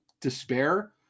despair